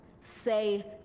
say